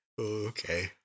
Okay